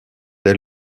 dès